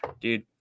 dude